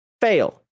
fail